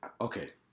okay